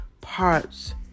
parts